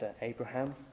Abraham